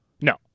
No